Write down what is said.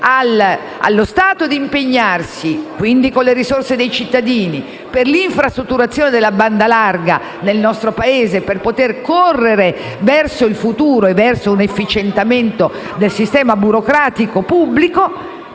allo Stato di impegnarsi con le risorse dei cittadini per l'infrastrutturazione della banda larga nel nostro Paese, per poter correre verso il futuro e per realizzare un efficientamento del sistema burocratico pubblico,